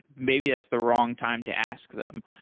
maybe that's the wrong time to ask them.